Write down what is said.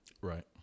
Right